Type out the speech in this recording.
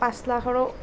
পাঁচ লাখৰো